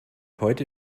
heute